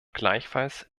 gleichfalls